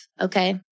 okay